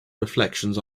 reflections